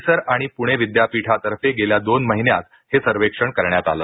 IISER आणि पुणे विद्यापीठातर्फे गेल्या दोन महिन्यात हे सर्वेक्षण करण्यात आलं